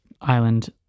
island